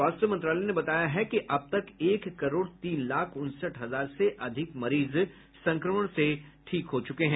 स्वास्थ्य मंत्रालय ने बताया है कि अब तक एक करोड तीन लाख उनसठ हजार से अधिक मरीज संक्रमण से ठीक हो चुके हैं